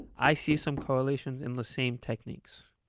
i see some correlations in the same techniques.